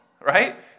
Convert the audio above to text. right